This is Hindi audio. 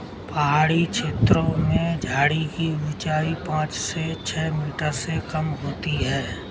पहाड़ी छेत्रों में झाड़ी की ऊंचाई पांच से छ मीटर से कम होती है